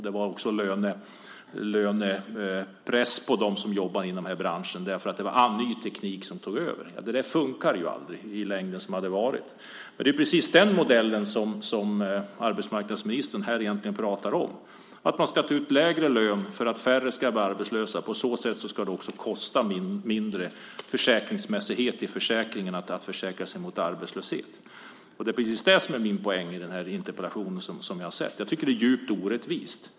Det var också lönepress på dem som jobbade inom den här branschen därför att ny teknik tog över. Det där funkar ju aldrig i längden. Det är precis den modellen som arbetsmarknadsministern egentligen pratar om. Man ska ta ut lägre lön för att färre ska bli arbetslösa. På så sätt ska det också kosta mindre, försäkringsmässighet i försäkringen, att försäkra sig mot arbetslöshet. Det är precis det som är min poäng i den här interpellationen. Jag tycker att det är djupt orättvist.